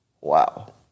wow